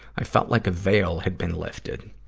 i felt like a veil had been lifted.